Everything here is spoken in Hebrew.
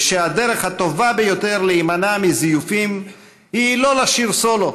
ושהדרך הטובה ביותר להימנע מזיופים היא לא לשיר סולו